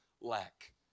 lack